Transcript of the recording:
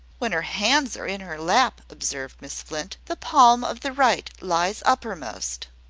when her hands are in her lap, observed miss flint, the palm of the right lies uppermost.